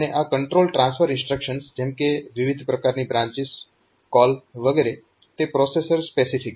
અને આ control transfer instructions જેમ કે વિવિધ પ્રકારની બ્રાન્ચીસ કોલ વગેરે તે પ્રોસેસર સ્પેસિફિક છે